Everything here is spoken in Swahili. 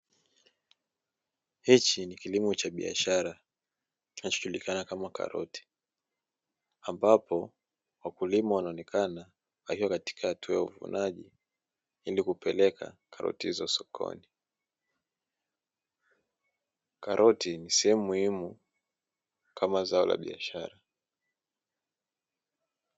Hiki ni kilimo cha biashara kinachojulikana kama karoti, ambapo wakulima wanaonekana wakiwa katika hatua ya uvunaji ili kuzipeleka karoti hizo sokoni. Karoti ni sehemu muhimu kama zao la biashara.